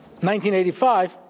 1985